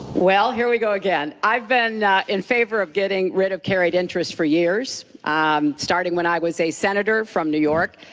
well, here we go again. i have been in favor of getting rid of carried interest for years um starting when i was a senator from new york.